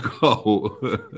go